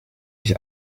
mich